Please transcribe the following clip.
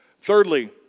Thirdly